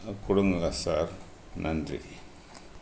கொடுங்க சார் நன்றி